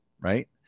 right